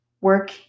work